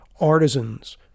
artisans